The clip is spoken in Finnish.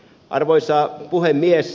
arvoisa puhemies